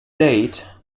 date